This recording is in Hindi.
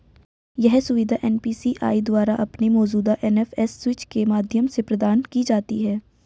यह सुविधा एन.पी.सी.आई द्वारा अपने मौजूदा एन.एफ.एस स्विच के माध्यम से प्रदान की जाती है